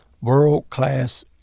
World-class